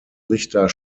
richter